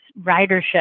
ridership